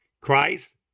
Christ